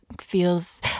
feels